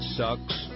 sucks